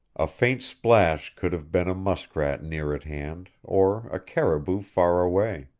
a faint splash could have been a muskrat near at hand or a caribou far away.